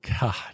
God